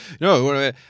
No